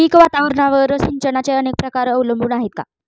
पीक वातावरणावर सिंचनाचे अनेक प्रकार अवलंबून आहेत का?